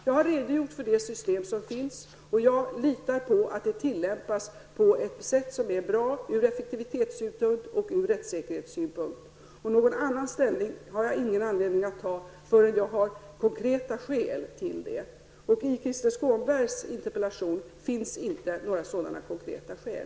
Jag har redogjort för det system som finns, och jag litar på att det tillämpas på ett sätt som är bra ur effektivitetssynpunkt och ur rättssäkerhetssynpunkt. Något annat ställningstagande har jag inte någon anledning att göra förrän jag har konkreta skäl till det. Och i Krister Skånbergs interpellation finns det inte några sådana konkreta skäl.